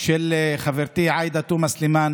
חברתי עאידה תומא סלימאן,